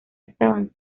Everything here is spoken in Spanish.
estaban